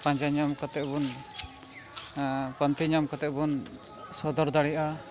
ᱯᱟᱸᱡᱟ ᱧᱟᱢ ᱠᱟᱛᱮᱫᱵᱚᱱ ᱯᱟᱱᱛᱮ ᱧᱟᱢ ᱠᱟᱛᱮᱫᱵᱚᱱ ᱥᱚᱫᱚᱨ ᱫᱟᱲᱮᱜᱼᱟ